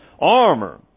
armor